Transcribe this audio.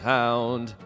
Hound